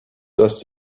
does